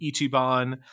Ichiban